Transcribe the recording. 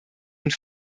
und